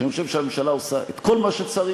שאני חושב שהממשלה עושה את כל מה שצריך,